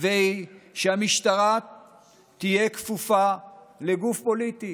שהמשטרה תהיה כפופה לגוף פוליטי,